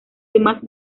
demás